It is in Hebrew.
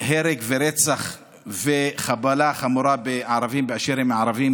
הרג ורצח וחבלה חמורה בערבים באשר הם ערבים,